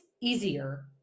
easier